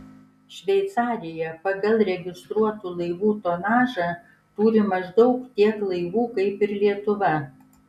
šveicarija pagal registruotų laivų tonažą turi maždaug tiek laivų kaip ir lietuva